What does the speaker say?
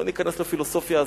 לא ניכנס לפילוסופיה הזאת.